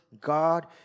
God